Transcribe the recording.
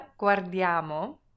guardiamo